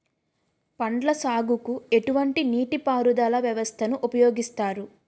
పండ్ల సాగుకు ఎటువంటి నీటి పారుదల వ్యవస్థను ఉపయోగిస్తారు?